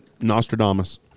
Nostradamus